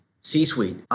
C-suite